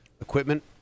equipment